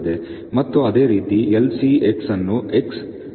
ಮತ್ತು ಅದೇ ರೀತಿ LC X ಅನ್ನು 'X' −A 2R' ಎಂದು ದಾಖಲಿಸಲಾಗಿದೆ